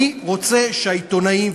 אני רוצה שהעיתונאים,